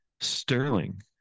Sterling